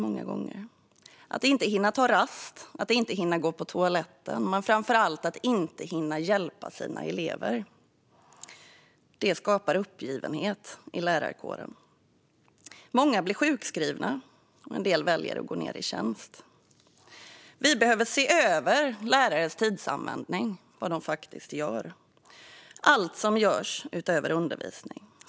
Det skapar uppgivenhet i lärarkåren när man inte hinner ta rast, inte hinner gå på toaletten och, framför allt, inte hinner hjälpa sina elever. Många blir sjukskrivna, och en del väljer att gå ned i tid. Vi behöver se över lärares tidsanvändning. Vi behöver se vad de faktiskt gör. Vi behöver se allt som görs utöver undervisning.